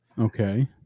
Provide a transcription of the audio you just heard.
Okay